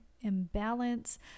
imbalance